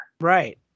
Right